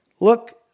Look